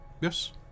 yes